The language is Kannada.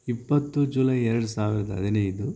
ಇಪ್ಪತ್ತು ಜುಲೈ ಎರಡು ಸಾವಿರದ ಹದಿನೈದು